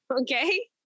Okay